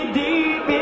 deep